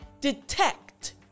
detect